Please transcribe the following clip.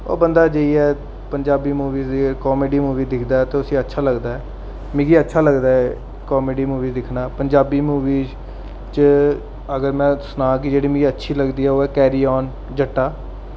ओह् बंदा जाइयै पंजाबी मूवी कामेडी मूवी दिखदा ऐ ते उसी अच्छा लगदा ऐ मिगी अच्छा लगदा ऐ कामेडी मूवी दिक्खना पंजाबी मूवी च अगर में सनांऽ कि जेह्ड़ी मिगी अच्छी लगदी ऐ ओह् ऐ कैरी आन जट्टा